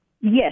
Yes